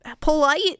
polite